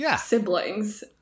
siblings